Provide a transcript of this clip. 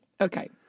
Okay